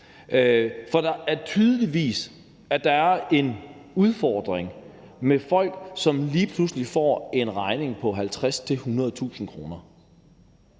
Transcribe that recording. For der er tydeligvis en udfordring med folk, som lige pludselig får en regning på 50.000-100.000 kr.